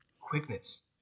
quickness